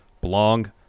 belong